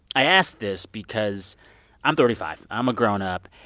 i ask this because i'm thirty five. i'm a grown-up,